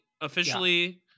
officially